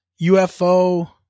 UFO